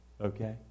Okay